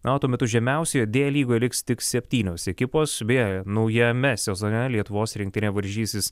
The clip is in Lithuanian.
na o tuo metu žemiausioje d lygoje liks tik septynios ekipos beje naujame sezone lietuvos rinktinė varžysis